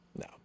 No